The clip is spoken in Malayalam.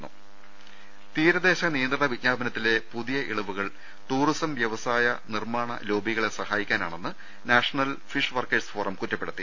രുട്ട്ട്ട്ട്ട്ട്ട്ട തീരദേശ നിയന്ത്രണ വിജ്ഞാപനത്തിലെ പുതിയ ഇളവുകൾ ടൂറി സം വൃവസായ നിർമ്മാണ ലോബികളെ സഹായിക്കാനാണെന്ന് നാഷണൽ ഫിഷ് വർക്കേഴ്സ് ഫോറം കുറ്റപ്പെടുത്തി